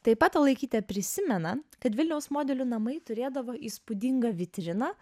taip pat talaikytė prisimena kad vilniaus modelių namai turėdavo įspūdingą vitriną